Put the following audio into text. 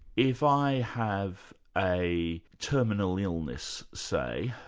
if i have a terminal illness, say,